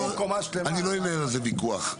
אני לא אנהל על זה ויכוח.